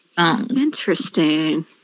Interesting